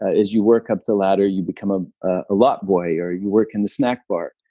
as you work up the ladder, you become a ah lot boy or you work in the snack bar.